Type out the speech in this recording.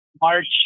March